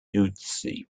party